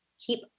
keep